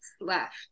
left